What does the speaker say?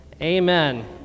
amen